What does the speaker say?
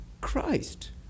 christ